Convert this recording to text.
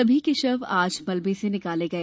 सभी के शव आज मलबे से निकाले गए